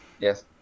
Yes